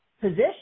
position